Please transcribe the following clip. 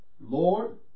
Lord